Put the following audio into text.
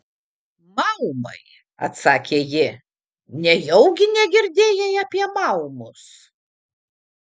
maumai atsakė ji nejaugi negirdėjai apie maumus